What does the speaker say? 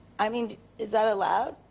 i mean, is that allowed?